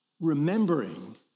remembering